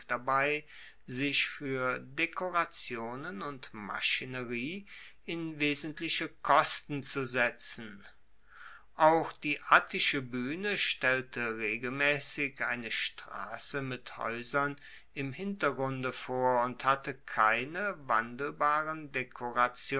dabei sich fuer dekorationen und maschinerie in wesentliche kosten zu setzen auch die attische buehne stellte regelmaessig eine strasse mit haeusern im hintergrunde vor und hatte keine wandelbaren dekorationen